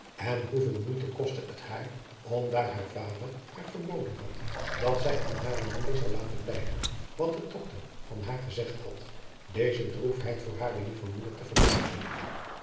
en hoeveel moeite kostte het haar om daar haar vader haar verboden had dat zij aan hare moeder zou laten blijken wat de doctor van haar gezegd had deze droefheid voor hare lieve moeder te verbergen